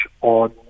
on